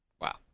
Wow